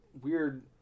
weird